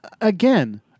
Again